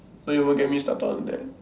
don't even get me started on that